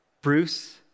Bruce